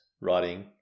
writing